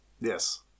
Yes